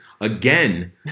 Again